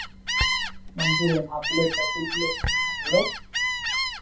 Manchurian half plate या full plate लेना है हेलो